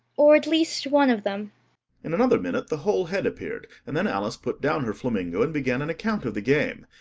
or at least one of them in another minute the whole head appeared, and then alice put down her flamingo, and began an account of the game,